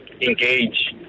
engage